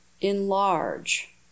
enlarge